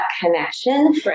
connection